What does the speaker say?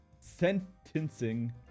sentencing